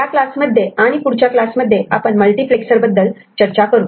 या क्लासमध्ये आणि पुढच्या क्लासमध्ये आपण मल्टिप्लेक्सर बद्दल चर्चा करू